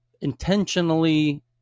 intentionally